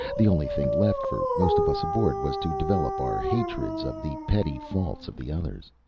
the only thing left for most of us aboard was to develop our hatreds of the petty faults of the others.